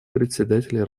председателей